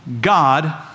God